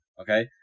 Okay